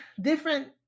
different